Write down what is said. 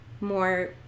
more